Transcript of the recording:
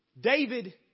David